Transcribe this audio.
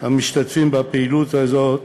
המשתתפים בפעילות הזאת